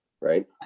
right